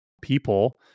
people